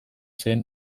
zen